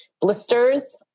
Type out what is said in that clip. Blisters